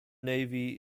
navy